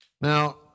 Now